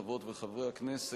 חברות וחברי הכנסת,